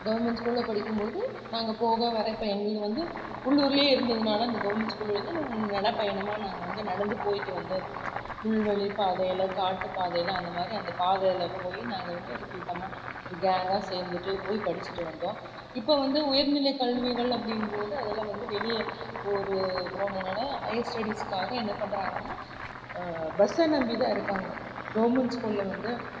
government ஸ்கூலில் படிக்கும்போது நாங்கள் போக வர இப்போ எங்களது வந்து உள்ளுர்லேயே இருந்ததுனால் அந்த கவர்மெண்ட் ஸ்கூலு வந்து நாங்கள் நடை பயணமாக நாங்கள் வந்து நடந்து போய்ட்டு வந்து புல்வெளி பாதையெல்லாம் காட்டு பாதையெல்லாம் அந்தமாதிரி அந்த பாதையில் போய் நாங்கள் வந்து அது கூட்டமாக ஒரு கேங்காக சேர்ந்துட்டு போய் படிச்சுட்டு வந்தோம் இப்போ வந்து உயர்நிலை கல்விகள் அப்டின்னு போது அதெல்லாம் வந்து வெளியே ஒரு போனதுனால் ஹயர் ஸ்டடீஸுக்காக என்ன பண்ணுறாங்கன்னா பஸ்ஸை நம்பிதான் இருக்காங்க கவர்மெண்ட் ஸ்கூலில் வந்து